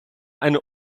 eine